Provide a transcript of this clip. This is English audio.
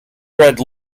read